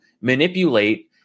manipulate